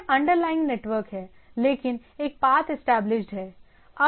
यह underlying network है लेकिन एक पाथ इस्टैबलिश्ड है